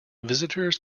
visitors